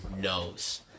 Knows